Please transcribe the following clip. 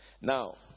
Now